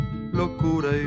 locura